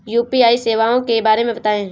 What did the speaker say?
UPI सेवाओं के बारे में बताएँ?